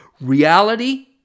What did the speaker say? Reality